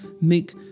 make